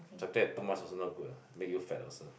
chocolate too much also not good ah make you fat also